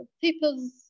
people's